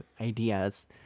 ideas